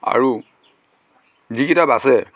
আৰু যিকেইটা বাচে